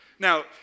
Now